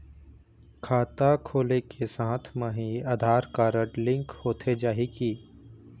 खाता खोले के साथ म ही आधार कारड लिंक होथे जाही की?